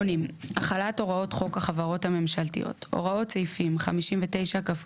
החלת הוראות חוק החברות הממשלתיות 80. הוראות סעיפים 59כג(ב),